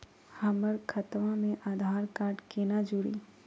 हमर खतवा मे आधार कार्ड केना जुड़ी?